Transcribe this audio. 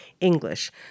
English